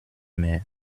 mehr